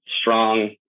strong